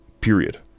period